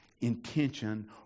intention